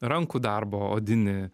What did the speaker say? rankų darbo odinį